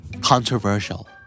controversial